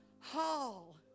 hall